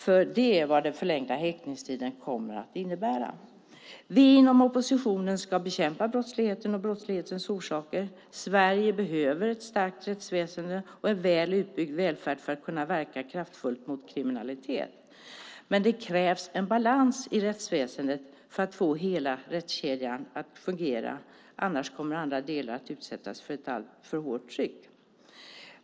Det är nämligen det som den förlängda häktningstiden kommer att innebära. Vi inom oppositionen ska bekämpa brottsligheten och dess orsaker. Sverige behöver ett stärkt rättsväsen och en väl utbyggd välfärd för att kunna verka kraftfullt mot kriminalitet. Men det krävs en balans i rättsväsendet för att få hela rättskedjan att fungera, annars kommer andra delar att utsättas för ett alltför hårt tryck.